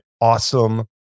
awesome